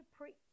preach